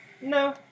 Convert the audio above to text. No